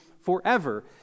forever